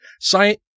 science